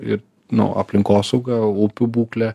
ir nu aplinkosauga upių būklė